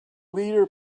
leader